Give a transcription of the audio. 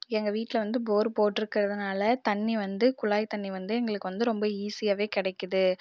எங்கள் வீட்டில வந்து போர் போட்டுருக்கறதனால தண்ணி வந்து குழாய் தண்ணி வந்து எங்களுக்கு வந்து ரொம்ப ஈஸியாகவே கிடைக்கிது